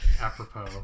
apropos